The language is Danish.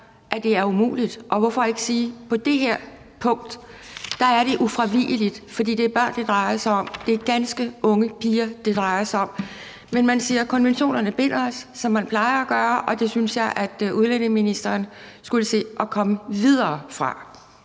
at det er umuligt, og hvorfor ikke sige: På det her punkt er det ufravigeligt, fordi det er børn, det drejer sig om? Det er ganske unge piger, det drejer sig om. Men man siger, som man plejer at gøre: Konventionerne binder os. Og det synes jeg at udlændingeministeren skulle se at komme videre fra.